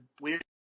weird